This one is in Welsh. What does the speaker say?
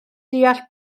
deall